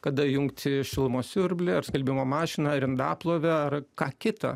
kada įjungti šilumos siurblį ar skalbimo mašiną ar indaplovę ar ką kita